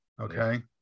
Okay